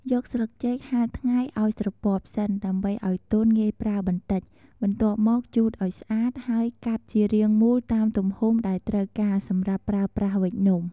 យកស្លឹកចេកហាលថ្ងៃឱ្យស្រពាប់សិន ដើម្បីឱ្យទន់ងាយប្រើបន្តិច បន្ទាប់មកជូតឱ្យស្អាតហើយកាត់ជារាងមូលតាមទំហំដែលត្រូវការសម្រាប់ប្រើប្រាស់វេចនំ។